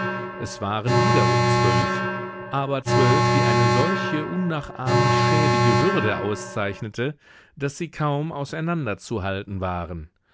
es waren wiederum zwölf aber zwölf die eine solche unnachahmlich schäbige würde auszeichnete daß sie kaum auseinander zu halten waren